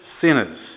sinners